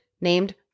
named